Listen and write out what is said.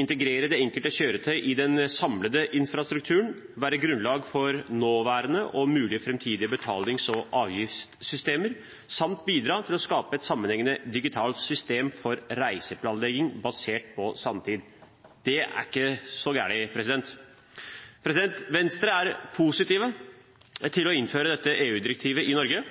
integrere det enkelte kjøretøy i den samlede infrastrukturen, være grunnlag for nåværende og mulige framtidige betalings- og avgiftssystemer, samt bidra til å skape et sammenhengende digitalt system for reiseplanlegging basert på sanntid. Det er ikke så galt. Venstre er positiv til å innføre dette EU-direktivet i Norge,